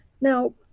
now